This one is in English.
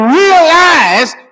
realized